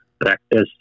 practice